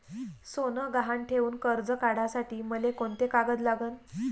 सोनं गहान ठेऊन कर्ज काढासाठी मले कोंते कागद लागन?